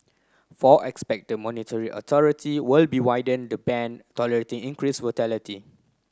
four expect the monetary authority will be widen the band tolerating increase volatility